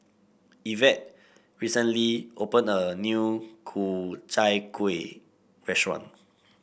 Evette recently opened a new Ku Chai Kuih Restaurant